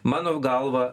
mano galva